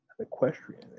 Equestrian